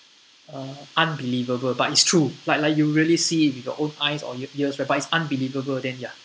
uh unbelievable but it's true like like you really see it with your own eyes or ea~ ears righ~ but it's unbelievable then ya